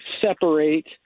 separate